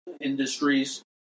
industries